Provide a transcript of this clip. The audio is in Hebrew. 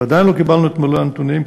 ועדיין לא קיבלנו את מלוא הנתונים,